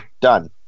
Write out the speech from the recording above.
Done